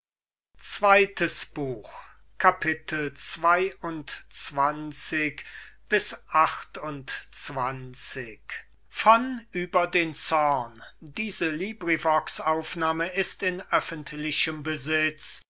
von erenuä an